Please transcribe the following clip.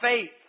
faith